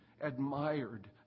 admired